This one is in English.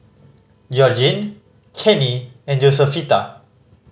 Georgine Kenney and Josefita